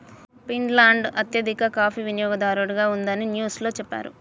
Finland అత్యధిక coffee వినియోగదారుగా ఉందని న్యూస్ లో చెప్పారు